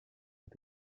ont